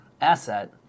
asset